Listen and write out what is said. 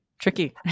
tricky